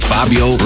Fabio